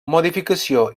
modificació